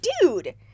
dude